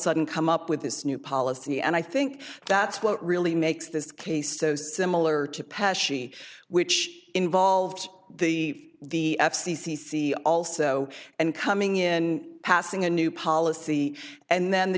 sudden come up with this new policy and i think that's what really makes this case so similar to passion which involved the f c c c also and coming in passing a new policy and then the